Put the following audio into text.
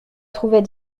trouvait